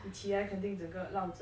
你起来肯定整个落子